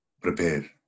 prepare